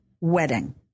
wedding